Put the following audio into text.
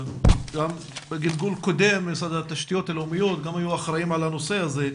גם בגלגול קודם המשרד לתשתיות לאומיות גם היו אחראים על הנושא הזה,